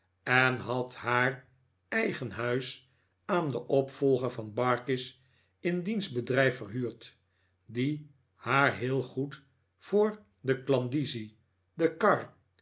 en had haar eigen huis aan den opvolger van barkis in diens bedrijf verhuurd die haar heel goed voor de klandizie de kar